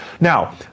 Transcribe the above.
Now